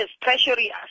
Treasury